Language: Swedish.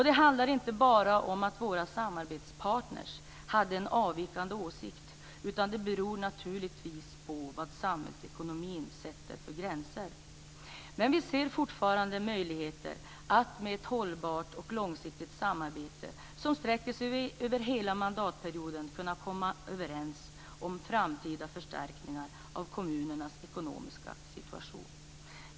Det handlar inte bara om att våra samarbetspartner hade en avvikande åsikt, utan det beror naturligtvis på vad samhällsekonomin sätter för gränser. Men vi ser fortfarande möjligheter att med ett hållbart och långsiktigt samarbete, som sträcker sig över hela mandatperioden, kunna komma överens om framtida förstärkningar av kommunernas ekonomiska situation.